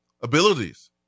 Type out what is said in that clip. abilities